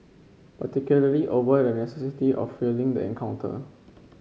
particularly over the of feeling the encounter